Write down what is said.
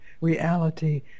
reality